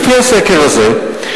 לפי הסקר הזה,